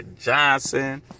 Johnson